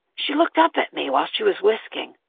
she looked up at me while she was whisking.